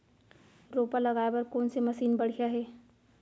रोपा लगाए बर कोन से मशीन बढ़िया हे?